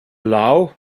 lao